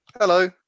Hello